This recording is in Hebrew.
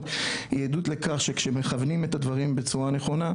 היא עדות לכך שמכוונים את הדברים בצורה נכונה,